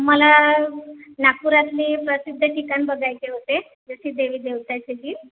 मला नागपुरातले प्रसिद्ध ठिकाण बघायचे होते तेथील देवी देवताए त्याची